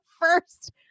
first